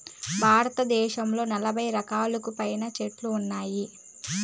భారతదేశంలో నలబై రకాలకు పైనే చెట్లు ఉన్నాయి